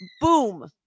boom